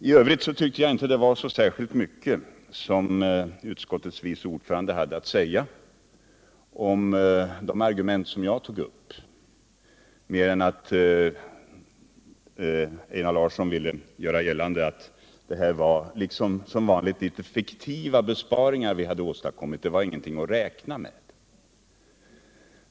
I övrigt tycker jag inte att det var särskilt mycket som utskottets vice ordförande hade att säga om de argument som jag tog upp mer än att han ville göra gällande att det som vanligt var fiktiva besparingar vi hade åstadkommit — det var ingenting att räkna med.